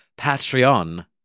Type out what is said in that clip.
Patreon